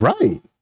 right